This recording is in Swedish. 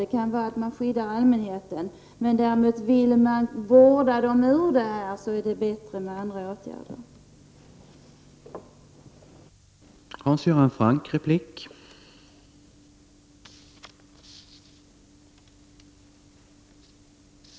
Man kan kanske på detta sätt skydda allmänheten, men vill man så att säga vårda gärningsmannen ur situationen, då är andra åtgärder bättre.